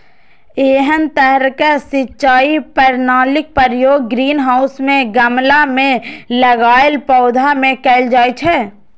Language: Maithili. एहन तरहक सिंचाई प्रणालीक प्रयोग ग्रीनहाउस मे गमला मे लगाएल पौधा मे कैल जाइ छै